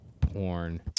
porn